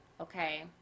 Okay